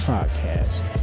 Podcast